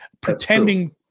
pretending